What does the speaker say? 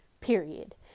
period